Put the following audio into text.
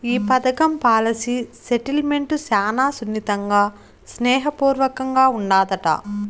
ఈ పదకం policy settlement శానా సున్నితంగా, స్నేహ పూర్వకంగా ఉండాదట